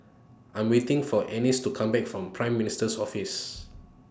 I Am waiting For Anice to Come Back from Prime Minister's Office